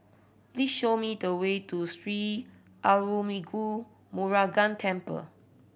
please show me the way to Sri Arulmigu Murugan Temple